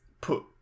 put